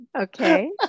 Okay